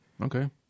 okay